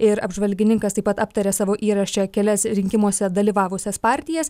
ir apžvalgininkas taip pat aptarė savo įraše kelias rinkimuose dalyvavusias partijas